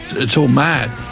it's all mad.